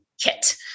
kit